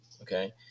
Okay